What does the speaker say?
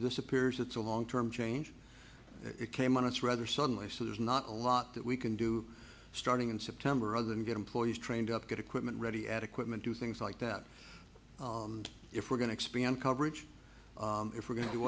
his appears it's a long term change it came on its rather suddenly so there's not a lot that we can do starting in september other than get employees trained up get equipment ready at equipment do things like that and if we're going to expand coverage if we're going to do